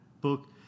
book